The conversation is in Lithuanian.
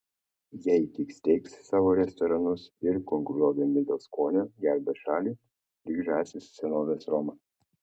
jei tik steigs savo restoranus ir konkuruodami dėl skonio gelbės šalį lyg žąsys senovės romą